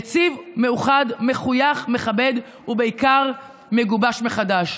יציב, מאוחד, מחויך, מכבד ובעיקר מגובש מחדש.